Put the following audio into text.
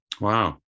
Wow